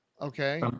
Okay